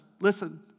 listen